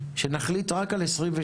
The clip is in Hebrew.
האם אנחנו יכולים להחליט רק על 2023,